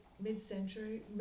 mid-century